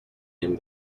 him